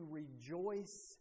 rejoice